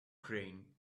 crane